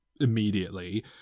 immediately